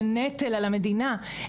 לנטל על המדינה,